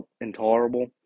intolerable